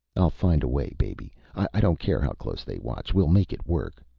i'll find a way, baby. i don't care how close they watch, we'll make it work.